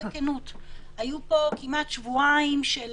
היו פה כמעט שבועיים של